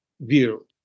view